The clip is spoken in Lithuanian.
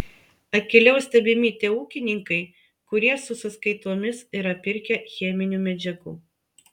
akyliau stebimi tie ūkininkai kurie su sąskaitomis yra pirkę cheminių medžiagų